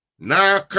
now